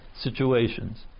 situations